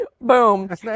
Boom